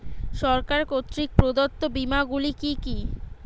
সরকার কর্তৃক প্রদত্ত বিমা গুলি কি কি?